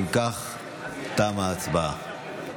אם כך, תמה ההצבעה.